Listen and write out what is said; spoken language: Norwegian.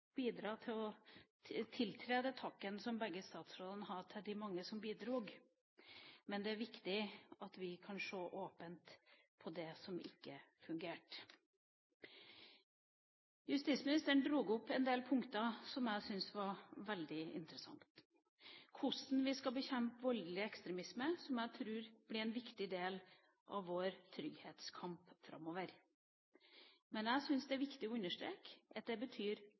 takken som begge statsrådene uttrykte til de mange som bidro, men det er viktig at vi kan se åpent på det som ikke fungerte. Justisministeren dro opp en del punkter som jeg synes er veldig interessante, hvordan vi skal bekjempe voldelig ekstremisme, som jeg tror blir en viktig del av vår trygghetskamp framover. Men jeg syns det er viktig å understreke at det betyr